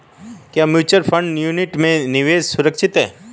क्या mutual fund unit में निवेश सुरक्षित है?